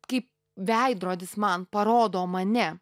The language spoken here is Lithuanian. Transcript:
kaip veidrodis man parodo mane